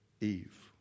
Eve